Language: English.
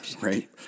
Right